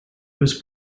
was